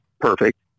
perfect